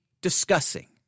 discussing